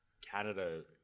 Canada